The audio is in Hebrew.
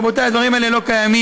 רבותיי, הדברים האלה לא קיימים.